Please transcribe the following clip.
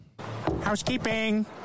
Housekeeping